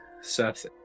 Seth